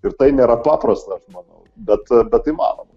ir tai nėra paprasta aš manau bet bet įmanoma